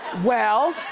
well,